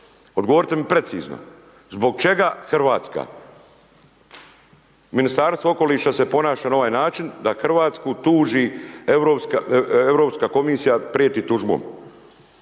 Odgovorite mi precizno, zbog čega Hrvatska, Ministarstvo okoliša se ponaša na ovaj način da Hrvatsku tuži Europska komisija prijeti tužbom.